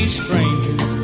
strangers